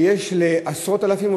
של עשרות אלפים,